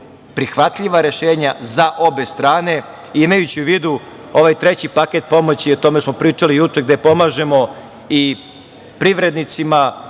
prihvatljiva rešenja za obe strane. Imajući u vidu ovaj treći paket pomoći, o tome smo pričali juče, gde pomažemo i privrednicima,